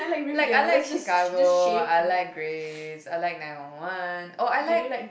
like I like Chicago I like Grace I like Nelwan oh I like